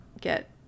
get